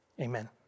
Amen